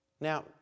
Now